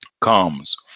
comes